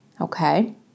okay